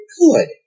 good